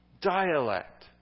dialect